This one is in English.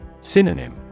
Synonym